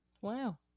Wow